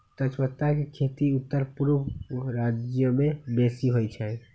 तजपत्ता के खेती उत्तरपूर्व राज्यमें बेशी होइ छइ